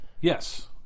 Yes